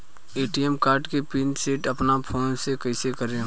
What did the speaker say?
ATM card के pin set अपना phone से कइसे करेम?